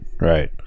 Right